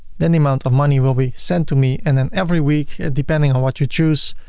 then the amount of money will be sent to me and then every week depending on what you choose,